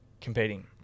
competing